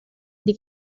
die